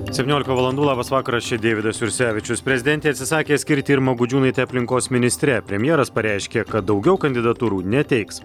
septyniolika valandų labas vakaras čia deividas jursevičius prezidentė atsisakė skirti irmą gudžiūnaitę aplinkos ministre premjeras pareiškė kad daugiau kandidatūrų neteiks